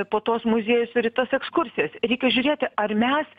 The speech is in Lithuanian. po tuos muziejus ir į tas ekskursijas reikia žiūrėti ar mes